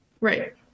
right